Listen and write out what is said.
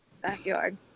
backyard